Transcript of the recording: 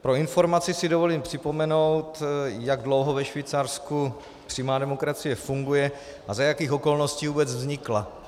Pro informaci si dovolím připomenout, jak dlouho ve Švýcarsku přímá demokracie funguje a za jakých okolností vůbec vznikla.